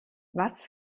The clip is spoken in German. was